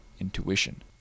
intuition